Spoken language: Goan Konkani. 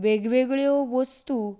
वेग वेगळ्यो वस्तू